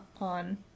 on